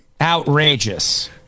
Outrageous